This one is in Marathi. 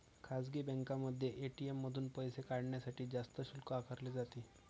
खासगी बँकांमध्ये ए.टी.एम मधून पैसे काढण्यासाठी जास्त शुल्क आकारले जाते